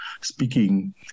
speaking